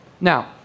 Now